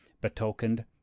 betokened